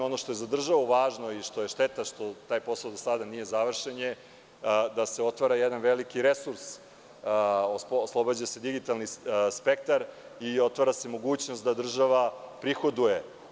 Ono što je za državu važno i što je šteta što taj posao do sada nije završen je da se otvara jedan veliki resurs, oslobađa se digitalni spektar i otvara se mogućnost da država prihoduje.